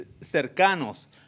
cercanos